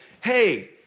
hey